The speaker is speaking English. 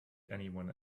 anyone